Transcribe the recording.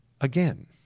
again